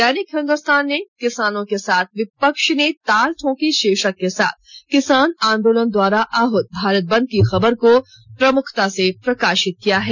दैनिक हिंदुस्तान ने किसानों के साथ विपक्ष ने ताल ठोकी भीर्शक के साथ किसान आंदोलन द्वारा आहूत भारत बंद की खबर को प्रमुखता से प्रकाशित किया है